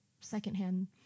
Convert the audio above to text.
secondhand